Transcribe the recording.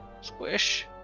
Squish